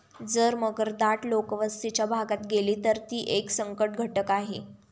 जर मगर दाट लोकवस्तीच्या भागात गेली, तर ती एक संकटघटक आहे